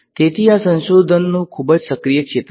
તેથી આ સંશોધનનું ખૂબ જ સક્રિય ક્ષેત્ર છે